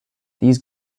these